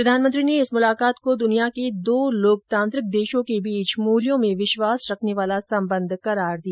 प्रधानमंत्री ने इस मुलाकात को दुनिया के दो लोकतांत्रिक देशों के बीच मूल्यों में विश्वास रखने वाला संबंध करार दिया